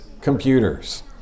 computers